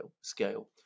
scale